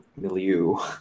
milieu